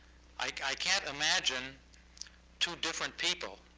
i can't imagine two different people.